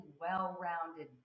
well-rounded